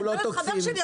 בנט חבר שלי.